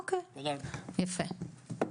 אוקיי, יפה.